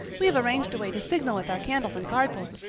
we have arranged a way to signal with our candles and cardboard.